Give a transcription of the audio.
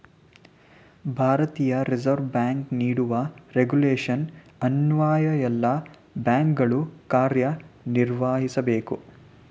ಭಾರತೀಯ reserve bank ನೀಡುವ regulation ಅನ್ವಯ ಎಲ್ಲ ಬ್ಯಾಂಕುಗಳು ಕಾರ್ಯನಿರ್ವಹಿಸಬೇಕು